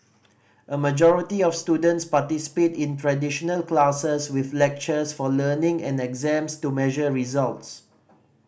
a majority of students participate in traditional classes with lectures for learning and exams to measure results